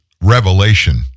revelation